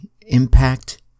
impact